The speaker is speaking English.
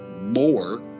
more